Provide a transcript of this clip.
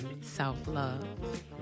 self-love